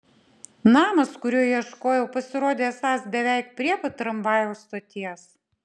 namas kurio ieškojau pasirodė esąs beveik prie pat tramvajaus stoties